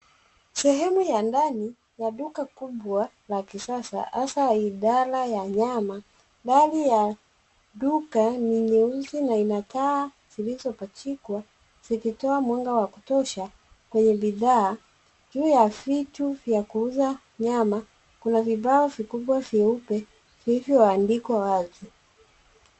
Sehemu ya ndani ya duka kubwa la kisasa hasa idara ya nyama. Rangi ya duka ni nyeusi na inakaa zilizopachikwa zikitoa mwanga wa kutosha kwenye bidha. Juu ya vitu vya kuuza nyama kuna vibao vikubwa vyeupe vilivyoandikwa wazi.